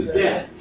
death